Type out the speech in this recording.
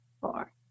four